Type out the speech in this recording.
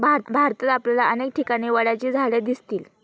भारतात आपल्याला अनेक ठिकाणी वडाची झाडं दिसतील